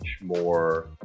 more –